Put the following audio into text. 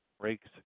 breaks